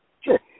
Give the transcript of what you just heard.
Sure